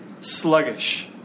sluggish